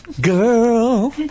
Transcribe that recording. girl